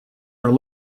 are